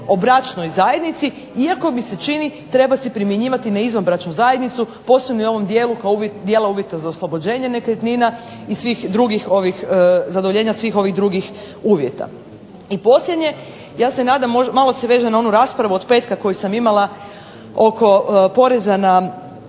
o bračnoj zajednici, iako mi se čini treba se primjenjivati na izvanbračnu zajednicu posebno u ovom dijelu kao dijela uvjeta za oslobođenje nekretnina i svih drugih zadovoljenja uvjeta. I posljednje, ja se nadam malo se vežem na onu raspravu od petka koju sam imala oko poreza na